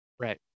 right